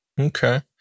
okay